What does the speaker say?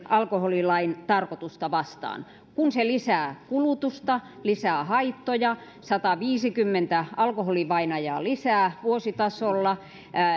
alkoholilain tarkoitusta vastaan kun se lisää kulutusta lisää haittoja sataviisikymmentä alkoholivainajaa lisää vuositasolla